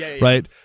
right